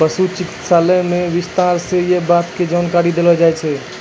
पशु चिकित्सालय मॅ विस्तार स यै बात के जानकारी देलो जाय छै